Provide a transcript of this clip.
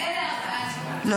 אלה ארבעה של ליבה.